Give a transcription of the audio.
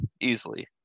easily